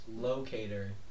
locator